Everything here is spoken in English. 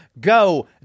Go